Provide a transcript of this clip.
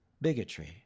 bigotry